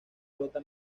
flota